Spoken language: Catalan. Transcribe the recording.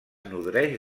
nodreix